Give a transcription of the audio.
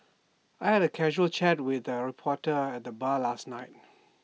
I had A casual chat with A reporter at the bar last night